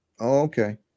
Okay